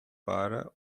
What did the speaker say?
para